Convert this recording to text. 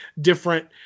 different